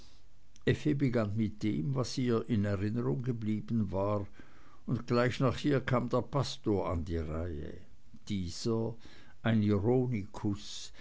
mit dem was ihr in erinnerung geblieben und gleich nach ihr kam der pastor an die reihe dieser ein